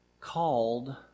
called